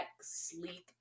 sleek